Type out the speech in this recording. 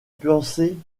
pensée